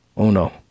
Uno